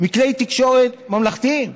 מכלי תקשורת ממלכתיים.